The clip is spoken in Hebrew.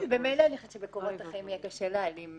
ממילא אני חושבת שבקורות החיים יהיה קשה להעלים.